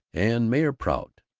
and mayor prout.